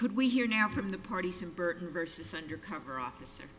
could we hear now from the party said burton versus undercover officer